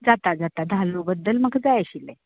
जाता जाता धालो बद्दल म्हाका जाय आशिल्लें